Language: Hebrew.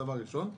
שנית,